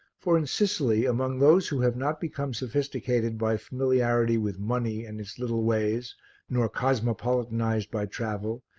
for in sicily, among those who have not become sophisticated by familiarity with money and its little ways nor cosmopolitanized by travel,